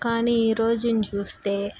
కానీ ఈ రోజున చూస్తే